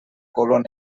color